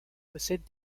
possède